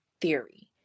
theory